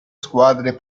squadre